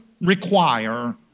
require